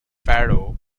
farrow